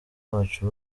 bacu